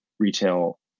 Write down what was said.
retail